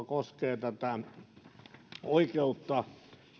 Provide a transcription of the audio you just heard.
koskee oikeutta